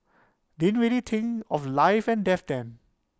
ding really think of life and death then